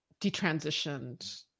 detransitioned